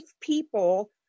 people